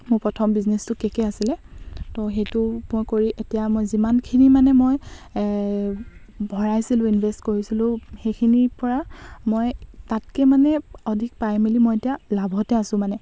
মোৰ প্ৰথম বিজনেছটো কে'কে আছিলে ত' সেইটো মই কৰি এতিয়া মই যিমানখিনি মানে মই ভৰাইছিলোঁ ইনভেষ্ট কৰিছিলোঁ সেইখিনিৰ পৰা মই তাতকৈ মানে অধিক পাই মেলি মই এতিয়া লাভতে আছো মানে